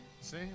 See